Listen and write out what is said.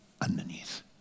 underneath